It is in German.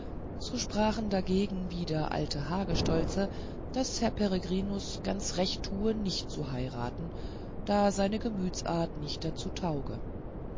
so sprachen dagegen wieder alte hagestolze daß herr peregrinus ganz recht tue nicht zu heiraten da seine gemütsart nicht dazu tauge